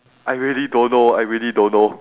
I really don't know I really don't know